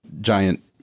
giant